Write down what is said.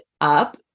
up